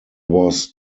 was